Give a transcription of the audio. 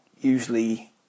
usually